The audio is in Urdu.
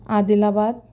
عادل آباد